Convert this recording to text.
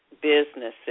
businesses